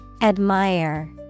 Admire